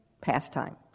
pastime